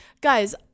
guys